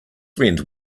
friend